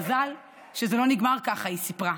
מזל שזה לא נגמר ככה, היא סיפרה.